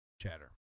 chatter